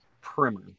primer